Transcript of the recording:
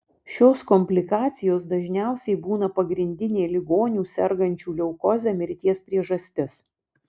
šios komplikacijos dažniausiai būna pagrindinė ligonių sergančių leukoze mirties priežastis